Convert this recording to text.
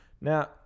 Now